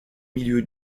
milieu